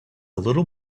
little